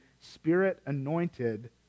Spirit-anointed